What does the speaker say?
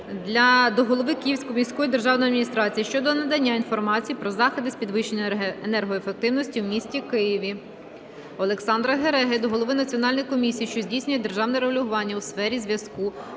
до голови Київської міської державної адміністрації щодо надання інформації про заходи з підвищення енергоефективності у місті Києві. Олександра Гереги до голови Національної комісії, що здійснює державне регулювання у сфері зв'язку